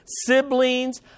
siblings